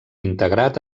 integrat